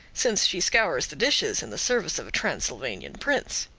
since she scours the dishes in the service of a transylvanian prince.